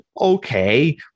okay